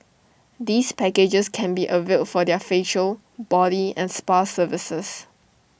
these packages can be availed for their facial body and spa services